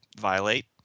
violate